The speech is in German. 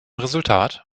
resultat